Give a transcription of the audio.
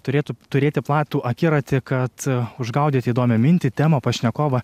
turėtų turėti platų akiratį kad išgaudyti įdomią mintį temą pašnekovą